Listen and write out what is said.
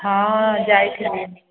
ହଁ ଯାଇଥିଲି